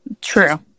True